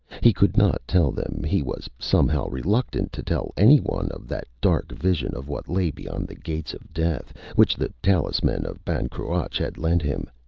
he could not tell them. he was, somehow, reluctant to tell anyone of that dark vision of what lay beyond the gates of death, which the talisman of ban cruach had lent him.